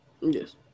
Yes